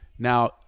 Now